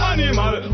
Animal